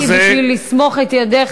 אתה אדם רציני מדי בשביל לסמוך את ידיך